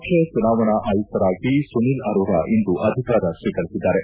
ಮುಖ್ಯ ಚುನಾವಣಾ ಆಯುಕ್ತರಾಗಿ ಸುನಿಲ್ ಅರೋರ ಇಂದು ಅಧಿಕಾರ ಸ್ವೀಕರಿಸಿದ್ದಾರೆ